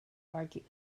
argued